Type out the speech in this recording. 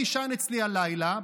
תישן אצלי הלילה,